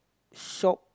shop